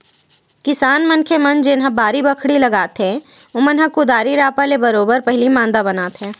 किसान मनखे मन जेनहा बाड़ी बखरी लगाथे ओमन ह कुदारी रापा ले बरोबर पहिली मांदा बनाथे